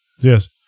Yes